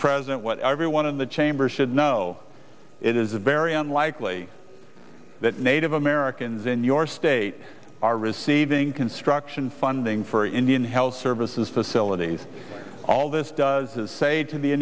president what everyone in the chamber should know it is a very unlikely that native americans in your state are receiving construction funding for indian health services facilities all this does is